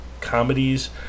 comedies